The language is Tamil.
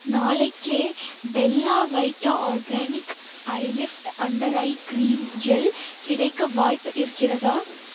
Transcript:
நாளைக்கே Bella Vita organic eye lift under eye cream gel கிடைக்க வாய்ப்பு இருக்கிறதா